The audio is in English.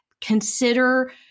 consider